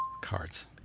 Cards